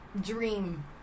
dream